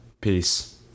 peace